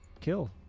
Kill